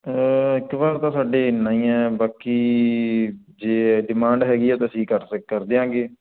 ਇੱਕ ਵਾਰ ਤਾਂ ਸਾਡੇ ਇੰਨਾ ਈ ਆ ਹ ਬਾਕੀ ਜੇ ਡਿਮਾਂਡ ਹੈਗੀ ਆ ਤਾਂ ਅਸੀਂ ਕਰ ਦਿਆਂਗੇ